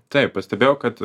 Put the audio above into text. taip pastebėjau kad